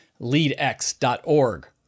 LeadX.org